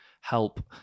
help